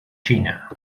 china